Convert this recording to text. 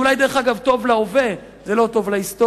דרך אגב, זה אולי טוב להווה, זה לא טוב להיסטוריה.